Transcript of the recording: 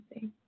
see